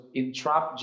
entrap